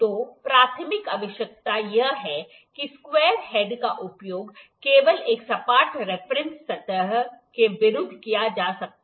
तो प्राथमिक आवश्यकता यह है कि स्क्वायर हेड का उपयोग केवल एक सपाट रेफरेंस सतह के विरुद्ध किया जा सकता है